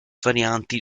varianti